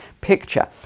picture